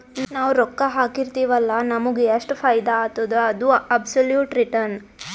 ನಾವ್ ರೊಕ್ಕಾ ಹಾಕಿರ್ತಿವ್ ಅಲ್ಲ ನಮುಗ್ ಎಷ್ಟ ಫೈದಾ ಆತ್ತುದ ಅದು ಅಬ್ಸೊಲುಟ್ ರಿಟರ್ನ್